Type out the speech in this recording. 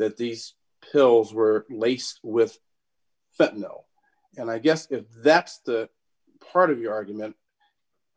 that these pills were laced with that no and i guess if that's part of your argument